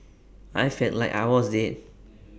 I felt like I was dead